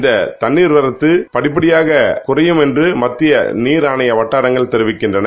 இந்த தன்னீர் வரத்து படிப்படியாக குறையும் என்று மத்திய நீர் ஆணைய வட்டாரம் தெரிவிக்கின்றன